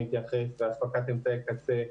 אני אתייחס אליו והפקת אמצעי קצה,